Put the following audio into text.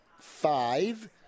five